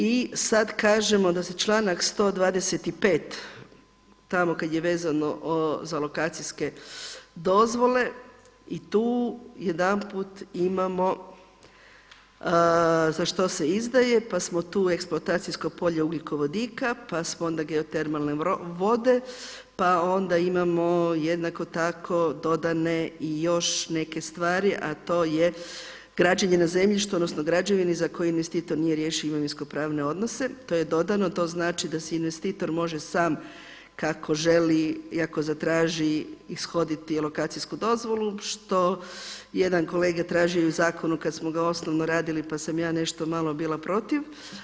I sada kažemo da se članak 125, tamo kada je vezano za lokacijske dozvole i tu jedanput imamo za što se izdaje, pa smo tu eksploatacijsko polje ugljikovodika, pa smo onda geotermalne vode, pa onda imamo jednako tako dodane još neke stvari a to je građenje na zemljištu, odnosno građevini za koju investitor nije riješio imovinsko-pravne odnose, to je dodano, to znači da se investitor može sam kako želi i ako zatraži ishoditi lokacijsku dozvolu što je jedan kolega tražio i u zakonu kada smo ga osnovno radili pa sam ja nešto malo bila protiv.